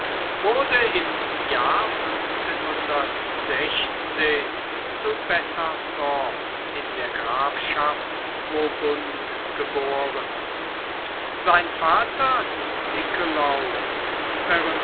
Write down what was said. wurde im jahr zu besanon in der grafschaft burgund geboren sein vater nicolaus